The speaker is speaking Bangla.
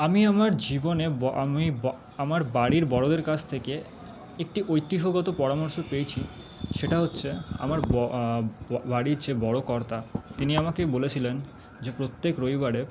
আমি আমার জীবনে আমি আমার বাড়ির বড়োদের কাছ থেকে একটি ঐতিহ্যগত পরামর্শ পেয়েছি সেটা হচ্ছে আমার বাড়ির যে বড়ো কর্তা তিনি আমাকে বলেছিলেন যে প্রত্যেক রবিবারে